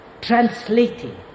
translating